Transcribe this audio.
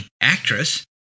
actress